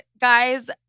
guys